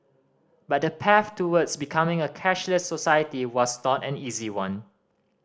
but the path towards becoming a cashless society was not an easy one